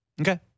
Okay